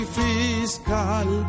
fiscal